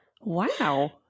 Wow